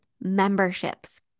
memberships